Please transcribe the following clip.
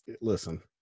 Listen